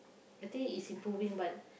I think it's improving but